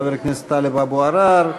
חבר הכנסת טלב אבו עראר.